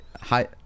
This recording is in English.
hi